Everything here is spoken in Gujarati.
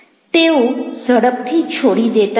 તેઓ ઝડપથી છોડી દેતા નથી